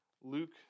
Luke